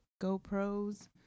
GoPros